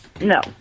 No